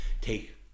Take